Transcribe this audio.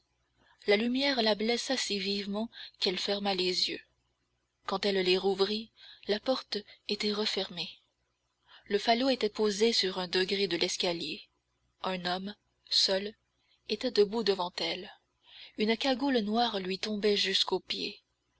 la lumière la blessa si vivement qu'elle ferma les yeux quand elle les rouvrit la porte était refermée le falot était posé sur un degré de l'escalier un homme seul était debout devant elle une cagoule noire lui tombait jusqu'aux pieds